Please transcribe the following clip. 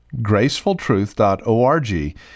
GracefulTruth.org